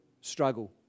struggle